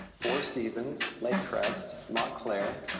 four seasons, lake crest, montclair,